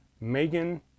Megan